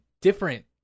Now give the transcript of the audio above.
different